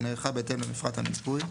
שנערכה בהתאם למפרט המיפוי,